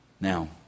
Now